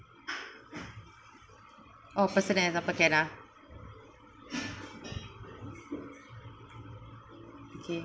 oh personal example can uh